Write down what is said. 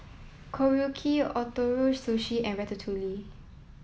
Korokke Ootoro Sushi and Ratatouille